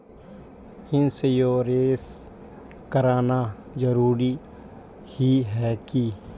Insurance कराना जरूरी ही है की?